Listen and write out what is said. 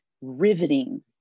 riveting